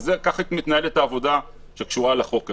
ככה מתנהלת העבודה שקשורה לחוק הזה.